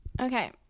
Okay